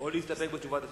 או להסתפק בתשובה.